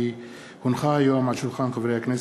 כי הונחה היום על שולחן הכנסת,